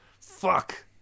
Fuck